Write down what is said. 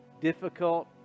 difficult